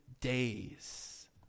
days